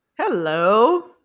Hello